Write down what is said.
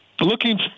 looking